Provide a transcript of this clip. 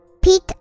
Pete